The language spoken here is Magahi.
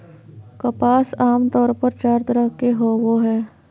कपास आमतौर पर चार तरह के होवो हय